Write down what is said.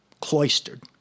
cloistered